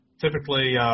typically –